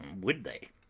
would they?